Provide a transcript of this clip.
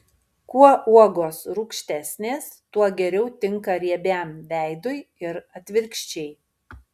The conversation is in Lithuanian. kuo uogos rūgštesnės tuo geriau tinka riebiam veidui ir atvirkščiai